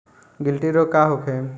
गिल्टी रोग का होखे?